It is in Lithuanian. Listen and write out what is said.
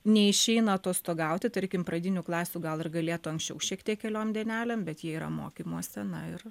neišeina atostogauti tarkim pradinių klasių gal ir galėtų anksčiau šiek tiek keliom dienelėm bet jie yra mokymuose na ir